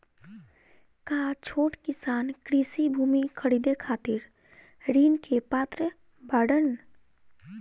का छोट किसान कृषि भूमि खरीदे खातिर ऋण के पात्र बाडन?